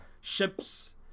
ships